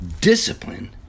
Discipline